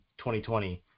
2020